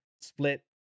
split